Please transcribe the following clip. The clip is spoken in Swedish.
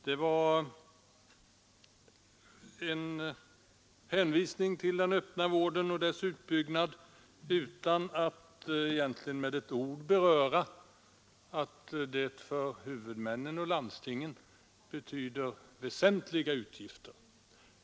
Herr Karlsson i Huskvarna hänvisade till den öppna vården och dess utbyggnad utan att egentligen med ett ord beröra att den för huvudmännen landstingen betyder väsentliga utgifter.